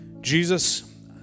Jesus